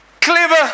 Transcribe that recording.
clever